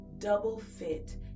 double-fit